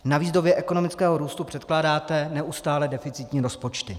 Navíc v době ekonomického růstu předkládáte neustále deficitní rozpočty.